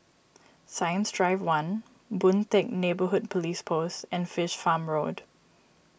Science Drive one Boon Teck Neighbourhood Police Post and Fish Farm Road